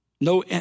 no